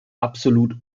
absolut